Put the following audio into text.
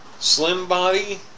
Slimbody